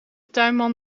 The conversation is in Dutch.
tuinman